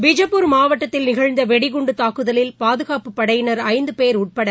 பிஜப்பூர் மாவட்டத்தில் நிகழ்ந்தவெடிகுண்டுதாக்குதலில் பாதுகாப்புப்படையினர் ஐந்துபேர் உட்பட